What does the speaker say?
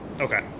okay